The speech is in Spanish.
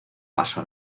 paso